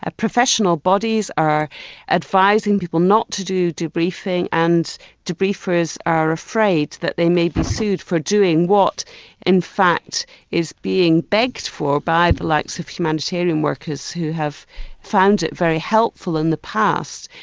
ah professional bodies are advising people not to do debriefing and debriefers are afraid that they may be sued for doing what in fact is being begged for by the likes of humanitarian workers who have found it very helpful in the past.